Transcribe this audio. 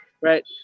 right